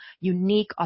unique